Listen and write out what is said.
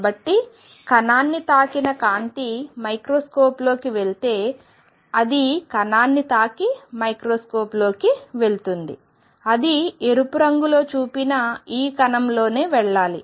కాబట్టి కణాన్ని తాకిన కాంతి మైక్రోస్కోప్లోకి వెళితే అది కణాన్ని తాకి మైక్రోస్కోప్లోకి వెళుతుంది అది ఎరుపు రంగులో చూపిన ఈ కోణంలోనే వెళ్లాలి